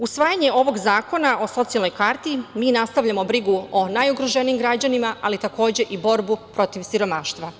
Usvajanjem ovog zakona o socijalnoj karti mi nastavljamo brigu o najugroženijim građanima, ali takođe i borbu protiv siromaštva.